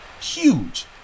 Huge